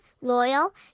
loyal